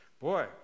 boy